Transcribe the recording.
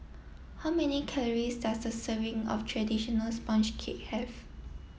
how many calories does a serving of traditional sponge cake have